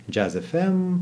džiaz fm